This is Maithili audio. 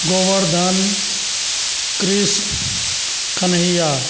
गोवर्द्धन कृष्ण कन्हैया